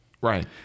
Right